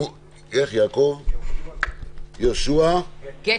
יהושע גטר.